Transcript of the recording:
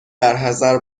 برحذر